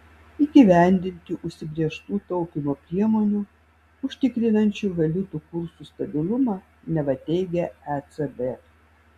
įgyvendinti užsibrėžtų taupymo priemonių užtikrinančių valiutų kursų stabilumą neva teigia ecb